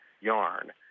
yarn